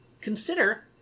consider